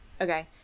Okay